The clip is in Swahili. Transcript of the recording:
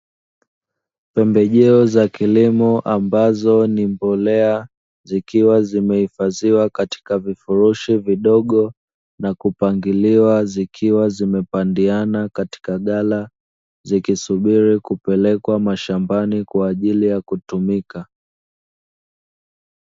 Pembejeo za kilimo ambazo ni mbolea, zikiwa zimehifadhiwa katika vifurushi vidogo, na kupangiliwa, zikiwa zimepandiana katika ghala, zikisubiri kupelekwa mashambani kwa ajili ya kutumika.